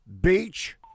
Beach